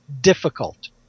difficult